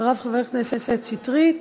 אחריו, חבר הכנסת שטרית